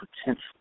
potential